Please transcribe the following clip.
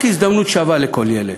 רק הזדמנות שווה לכל ילד.